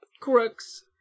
crooks